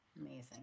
Amazing